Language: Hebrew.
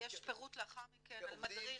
יש פירוט לאחר מכן, על מדריך